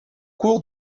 cours